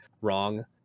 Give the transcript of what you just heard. wrong